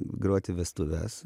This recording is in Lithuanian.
groti vestuves